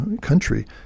country